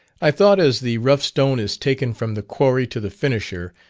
i thought as the rough stone is taken from the quarry to the finisher,